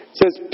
says